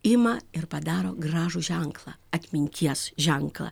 ima ir padaro gražų ženklą atminties ženklą